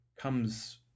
comes